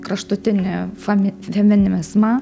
kraštutinį fami femininizmą